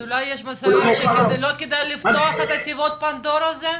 אז אולי לא כדי לפתוח את התיבות פנדורה הזה?